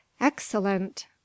excellent